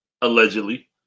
Allegedly